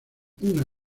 una